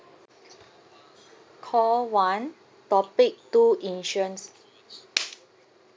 call one topic two insurance